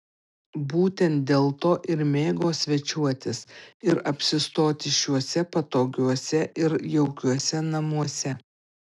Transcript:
būtent dėlto ir mėgo svečiuotis ir apsistoti šiuose patogiuose ir jaukiuose namuose